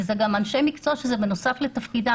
אלה גם אנשי מקצוע שזה בנוסף לתפקידם.